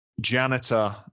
janitor